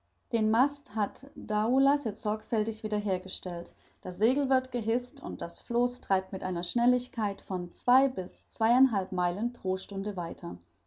den mast hat daoulas jetzt sorgfältig wieder hergestellt das segel wird gehißt und das floß treibt mit einer schnelligkeit von zwei bis zwei